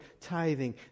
tithing